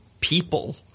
people